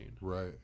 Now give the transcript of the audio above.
Right